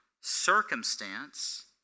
circumstance